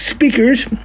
speakers